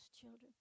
children